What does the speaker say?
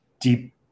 deep